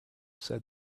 said